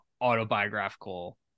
autobiographical